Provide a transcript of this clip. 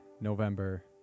November